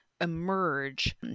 emerge